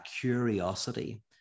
curiosity